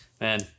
Man